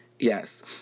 Yes